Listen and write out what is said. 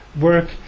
work